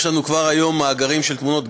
יש לנו כבר היום מאגרים של תמונות,